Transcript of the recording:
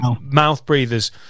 mouth-breathers